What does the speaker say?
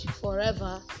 forever